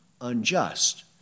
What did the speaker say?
unjust